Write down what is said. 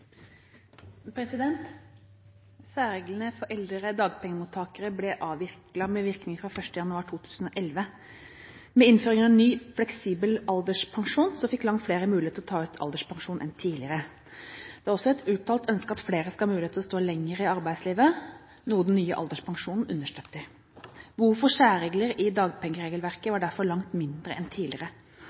for eldre dagpengemottakere ble avviklet med virkning fra 1. januar 2011. Med innføringen av ny, fleksibel alderspensjon fikk langt flere mulighet til å ta ut alderspensjon tidlig. Det er også et uttalt ønske at flere skal ha mulighet til å stå lenger i arbeidslivet, noe den nye alderspensjonen understøtter. Behovet for særreglene i dagpengeregelverket var derfor langt mindre enn tidligere.